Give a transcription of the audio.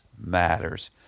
matters